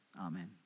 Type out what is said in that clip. Amen